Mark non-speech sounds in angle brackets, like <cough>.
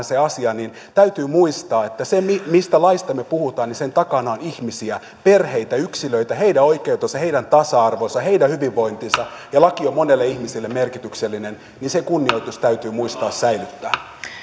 <unintelligible> se asia niin täytyy muistaa mistä laista me puhumme että sen takana on ihmisiä perheitä yksilöitä heidän oikeutensa heidän tasa arvonsa heidän hyvinvointinsa laki on monelle ihmiselle merkityksellinen joten sen kunnioitus täytyy muistaa säilyttää